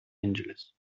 angeles